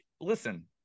listen